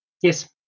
yes